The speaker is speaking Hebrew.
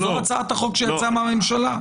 זה הצעת החוק שיצאה מן הממשלה.